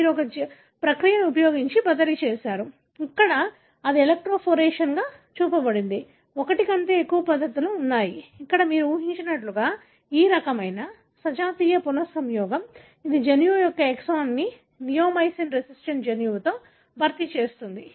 మీరు ఒక ప్రక్రియను ఉపయోగించి బదిలీ చేశారు ఇక్కడ ఇది ఎలెక్ట్రోపోరేషన్గా చూపబడింది ఒకటి కంటే ఎక్కువ పద్ధతులు ఉన్నాయి ఇక్కడ మీరు ఊహించినట్లుగా ఈ రకమైన సజాతీయ పునఃసంయోగం ఇది జన్యువు యొక్క ఎక్సోన్ను నియోమైసిన్ రెసిస్టెన్స్ జన్యువుతో భర్తీ చేస్తుంది